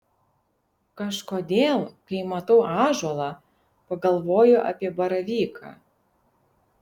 kažkodėl kai matau ąžuolą pagalvoju apie baravyką